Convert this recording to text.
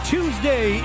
Tuesday